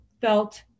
felt